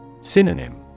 Synonym